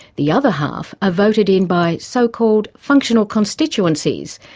the other half are voted in by so-called functional constituencies,